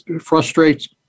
frustrates